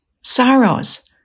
sorrows